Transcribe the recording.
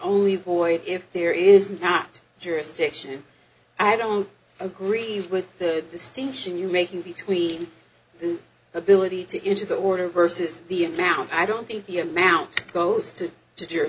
only void if there is not jurisdiction i don't agree with the distinction you're making between the ability to into the order versus the amount i don't think the amount goes